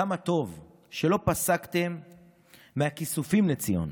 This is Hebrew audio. כמה טוב שלא פסקתם מהכיסופים לציון,